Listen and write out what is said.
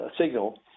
signal